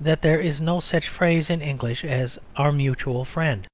that there is no such phrase in english as our mutual friend.